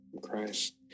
Christ